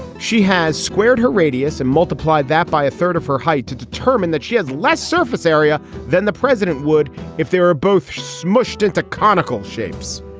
she has squared her radius and multiply that by a third of her height to determine that she has less surface area than the president would if they were ah both smushed into conical shapes.